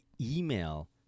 email